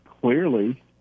Clearly